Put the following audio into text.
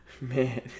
man